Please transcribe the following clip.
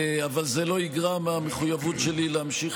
אבל זה לא יגרע מהמחויבות שלי להמשיך